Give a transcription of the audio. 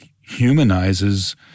humanizes